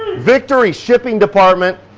victory, shipping department.